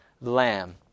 Lamb